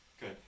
Good